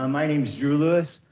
um my name is drew lewis.